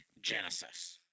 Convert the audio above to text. Genesis